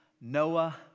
Noah